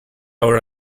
our